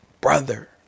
brother